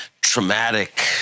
traumatic